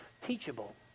Teachable